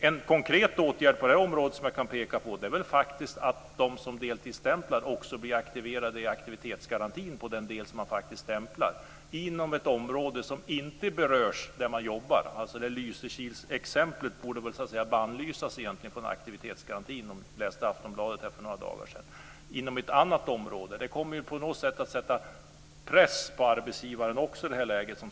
En konkret åtgärd på det här området som jag kan peka på är att de som deltidsstämplar också blir aktiverade i aktivitetsgarantin på den del som man faktiskt stämplar, inom ett område som inte berörs där man jobbar. Lysekilsexemplet borde väl bannlysas från aktivitetsgarantin, om ni läste Aftonbladet för några dagar sedan. Det kommer på något sätt att sätta press även på arbetsgivarna i det här läget.